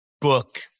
book